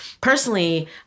Personally